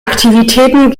aktivitäten